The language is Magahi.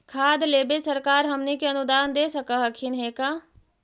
खाद लेबे सरकार हमनी के अनुदान दे सकखिन हे का?